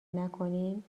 نکنین